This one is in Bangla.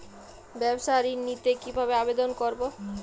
ব্যাবসা ঋণ নিতে কিভাবে আবেদন করব?